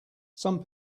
some